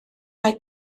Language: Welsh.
mae